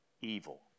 evil